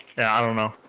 alamo